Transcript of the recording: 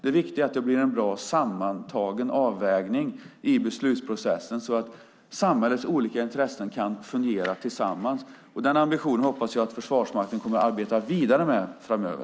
Det viktiga är att det blir en bra sammantagen avvägning i beslutsprocessen så att samhällets olika intressen kan fungera tillsammans. Denna ambition hoppas jag att Försvarsmakten kommer att arbeta vidare med framöver.